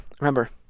remember